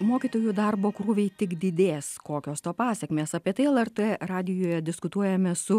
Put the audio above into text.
mokytojų darbo krūviai tik didės kokios to pasekmės apie tai elertė radijuje diskutuojame su